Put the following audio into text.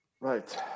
right